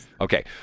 Okay